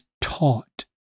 Taught